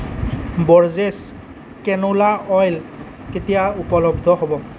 Borges canola oil কেতিয়া উপলব্ধ হ'ব